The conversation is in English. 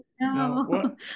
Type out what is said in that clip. No